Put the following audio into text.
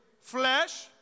Flesh